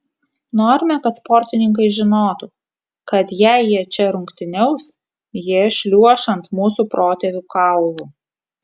norime kad sportininkai žinotų kad jei jie čia rungtyniaus jie šliuoš ant mūsų protėvių kaulų